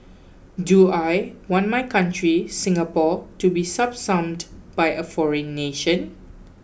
do I want my country Singapore to be subsumed by a foreign nation